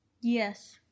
Yes